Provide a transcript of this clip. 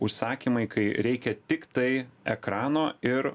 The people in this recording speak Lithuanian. užsakymai kai reikia tiktai ekrano ir